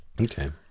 Okay